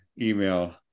email